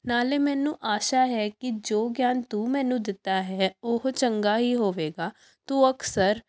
ਨਾਲੇ ਮੈਨੂੰ ਆਸ਼ਾ ਹੈ ਕਿ ਜੋ ਗਿਆਨ ਤੂੰ ਮੈਨੂੰ ਦਿੱਤਾ ਹੈ ਉਹ ਚੰਗਾ ਹੀ ਹੋਵੇਗਾ ਤੂੰ ਅਕਸਰ